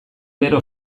bero